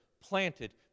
planted